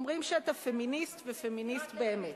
אומרים שאתה פמיניסט, ופמיניסט באמת.